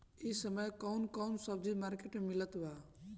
इह समय कउन कउन सब्जी मर्केट में मिलत बा?